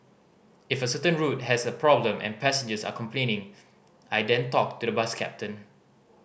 if a certain route has a problem and passengers are complaining I then talk to the bus captain